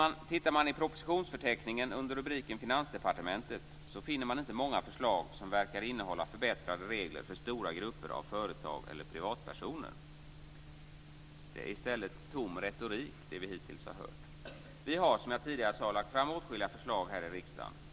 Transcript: Om man tittar i propositionsförteckningen under rubriken Finansdepartementet finner man inte många förslag som verkar innehålla förbättrade regler för stora grupper av företag eller privatpersoner. Det vi hittills har hört är i stället tom retorik. Vi har, som jag tidigare sade, lagt fram åtskilliga förslag här i riksdagen.